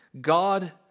God